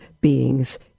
beings